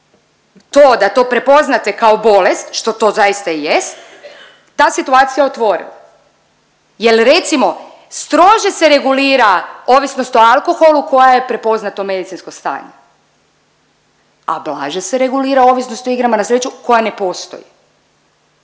to da to prepoznate kao bolest što to zaista i jest ta situacija otvorila. Jer recimo strože se regulira ovisnost o alkoholu koja je prepoznato medicinsko stanje, a blaže se regulira ovisnost o igrama na sreću koja ne postoji.